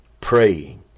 Praying